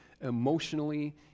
emotionally